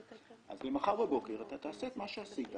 אז למחר בבוקר תעשה את מה שעשית,